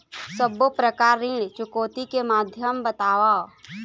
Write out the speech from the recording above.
सब्बो प्रकार ऋण चुकौती के माध्यम बताव?